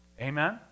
amen